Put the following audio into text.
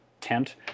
tent